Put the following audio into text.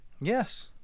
Yes